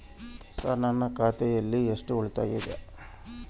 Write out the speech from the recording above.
Sir ನನ್ನ ಖಾತೆಯಲ್ಲಿ ಎಷ್ಟು ಉಳಿತಾಯ ಇದೆ?